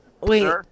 Wait